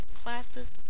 classes